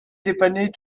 dépanner